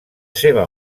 seva